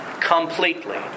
completely